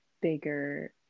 bigger